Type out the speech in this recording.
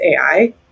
AI